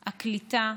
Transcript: הקליטה,